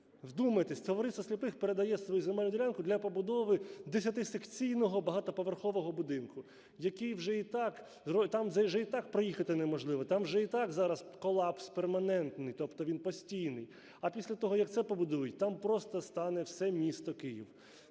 вдумайтесь! – Товариство сліпих передає свою земельну ділянку для побудови 10-секційного багатоповерхового будинку, який вже і так… Там вже і так проїхати неможливо. Там вже і так зараз колапс перманентний, тобто він постійний. А після того, як це побудують, там просто стане все місто Київ.